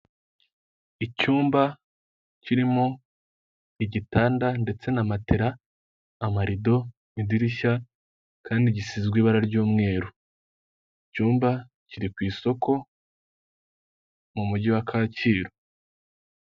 Icyumba kirimo igitanda ndetse na matera amarido mu idirishya kandi gisizwe ibara ry'umweru icyumba kiri ku isoko mu mujyi wa Kacyiru.